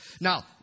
Now